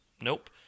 nope